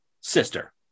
sister